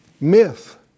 Myth